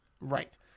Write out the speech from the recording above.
Right